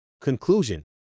Conclusion